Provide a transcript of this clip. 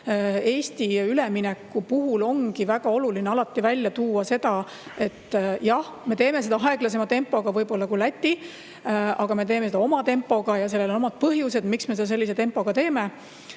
Eesti ülemineku puhul ongi väga oluline alati välja tuua seda, et jah, me teeme seda aeglasema tempoga kui Läti, aga me teeme seda oma tempoga ja sellel on omad põhjused, miks me seda sellise tempoga teeme.